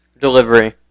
delivery